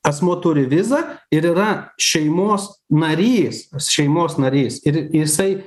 asmuo turi vizą ir yra šeimos narys šeimos narys ir jisai